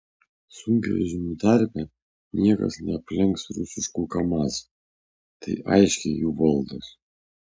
sunkvežimių tarpe niekas neaplenks rusiškų kamaz tai aiškiai jų valdos